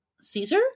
Caesar